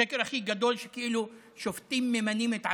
השקר הכי גדול הוא שכאילו שופטים ממנים את עצמם.